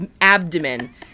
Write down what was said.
abdomen